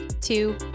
two